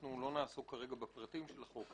אנחנו לא נעסוק כרגע בפרטים של החוק,